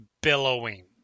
billowing